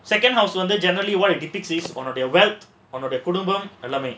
second house வந்து:vandhu generaly உன்னோட:unnoda wealth உன்னோட குடும்பம் எல்லாமே:unnoda kudumbam ellaamae